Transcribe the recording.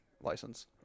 license